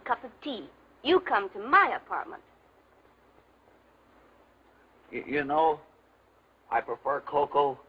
a cup of tea you come to my apartment you know i prefer cocoa